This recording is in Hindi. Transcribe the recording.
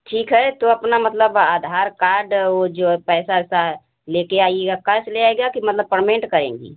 ठीक है तो अपना मतलब आधार कार्ड और जो पैसा उसा है लेकर आइएगा कैस ले आइएगा कि मतलब परमेंट करेंगी